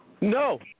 No